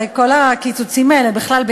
הרי כל הקיצוצים האלה בכלל,